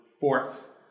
force